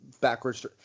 backwards –